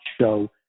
show